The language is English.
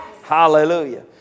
Hallelujah